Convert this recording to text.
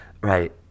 right